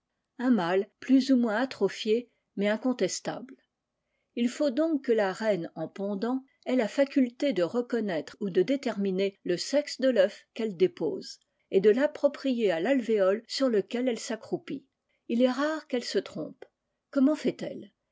un mâle plus ou moins atrophié mais incontestable il faut donc que la reine en pondant ail la faculté de reconnaître ou de déterminer le sexe de toeuf qu'elle dépose et de l'approprier à l'alvéole sur lequel elle s'accroupit il est rare qu'elle se trompe comment fait-elle